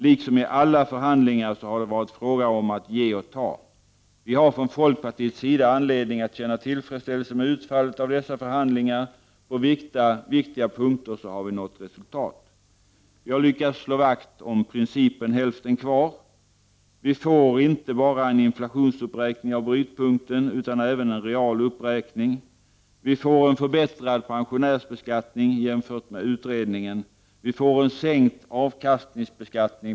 Liksom i alla förhandlingar har det varit fråga om att ge och ta. Vi har från folkpartiets sida anledning att känna tillfredsställelse med utfallet av dessa förhandlingar. På viktiga punkter har vi nått resultat. Jag nämner några av de krav i förhandlingarna som vi fått tillgodosedda: Vi har lyckats slå vakt om principen ”Hälften kvar”. Vi får inte bara en inflationsuppräkning av brytpunkten utan även en real uppräkning. Vi får en förbättrad pensionärsbeskattning jämfört med vad utredningen föreslagit.